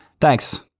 Thanks